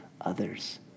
others